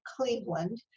Cleveland